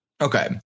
okay